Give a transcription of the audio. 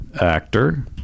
Actor